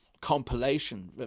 compilation